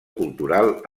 cultural